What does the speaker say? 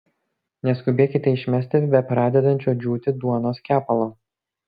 neskubėkite išmesti bepradedančio džiūti duonos kepalo